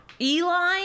Eli